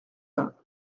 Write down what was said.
vingts